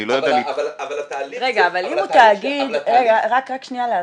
אבל התהליך -- רק שנייה להבין.